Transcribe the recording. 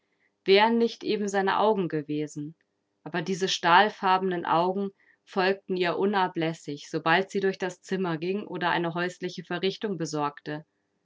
wären nicht eben seine augen gewesen aber diese stahlfarbenen augen folgten ihr unablässig sobald sie durch das zimmer ging oder eine häusliche verrichtung besorgte